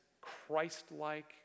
Christ-like